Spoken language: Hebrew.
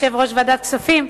יושב-ראש ועדת הכספים,